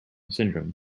syndrome